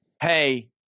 hey